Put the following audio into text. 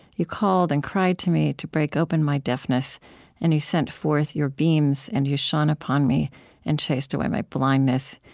you called and cried to me to break open my deafness and you sent forth your beams and you shone upon me and chased away my blindness.